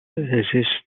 resist